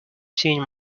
seen